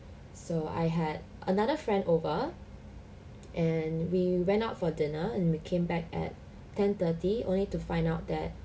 so I had another friend over and we went out for dinner and we came back at ten thirty only to find out that